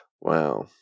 Wow